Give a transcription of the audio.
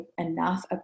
enough